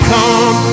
Come